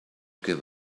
give